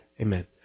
amen